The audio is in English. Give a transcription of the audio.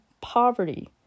poverty